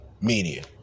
media